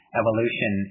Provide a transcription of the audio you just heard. evolution